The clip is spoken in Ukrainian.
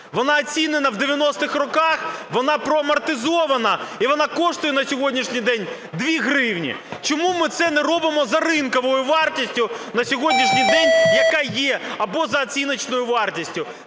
Вона оцінена в 90-х роках, вона проамортизована, і вона коштує на сьогоднішній день дві гривні. Чому ми це не робимо за ринковою вартістю на сьогоднішній день яка є, або за оціночною вартістю?